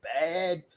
bad